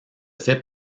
fait